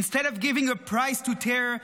Instead of giving a prize to terror,